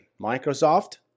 Microsoft